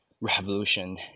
revolution